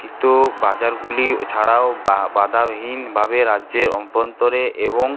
বাজারগুলি ছাড়াও বাধাহীনভাবে রাজ্যে অভ্যন্তরে এবং